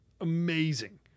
amazing